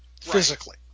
physically